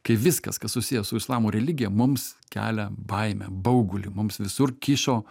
kai viskas kas susiję su islamo religija mums kelia baimę baugulį mums visur kyšo